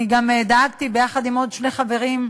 אני גם דאגתי, ביחד עם עוד שני חברים,